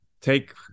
take